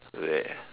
meh